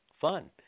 fun